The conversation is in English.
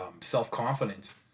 self-confidence